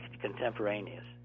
contemporaneous